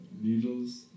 needles